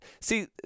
see